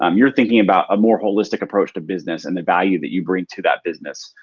um you're thinking about a more holistic approach to business and the value that you bring to that business,